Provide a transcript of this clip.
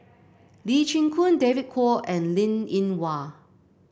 Lee Chin Koon David Kwo and Linn In Hua